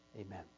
Amen